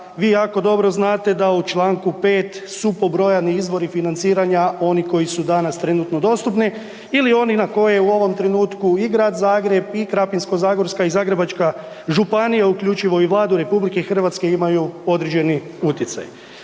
vi jako dobro znate da u Članku 5. su pobrojani izvori financiranja oni koji su danas trenutno dostupni ili oni na koje u ovo trenutku i Grad Zagreb i Krapinsko-zagorska i Zagrebačka županija uključivo i Vladu RH imaju određeni utjecaj.